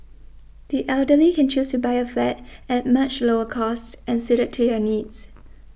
the elderly can choose to buy a flat at much lower cost and suited to their needs